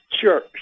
Sure